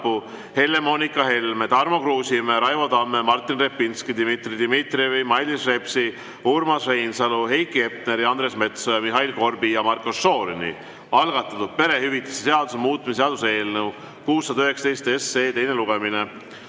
Helle-Moonika Helme, Tarmo Kruusimäe, Raivo Tamme, Martin Repinski, Dmitri Dmitrijevi, Mailis Repsi, Urmas Reinsalu, Heiki Hepneri, Andres Metsoja, Mihhail Korbi ja Marko Šorini algatatud perehüvitiste seaduse muutmise seaduse eelnõu 619 teise lugemise